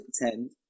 pretend